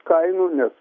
kainų nes